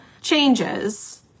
changes